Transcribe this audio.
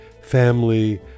family